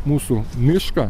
mūsų mišką